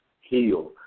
heal